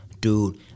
dude